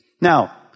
Now